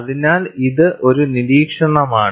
അതിനാൽ ഇത് ഒരു നിരീക്ഷണമാണ്